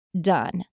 done